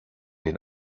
den